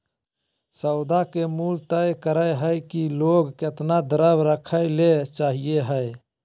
सौदा के मूल्य तय करय हइ कि लोग केतना द्रव्य रखय ले चाहइ हइ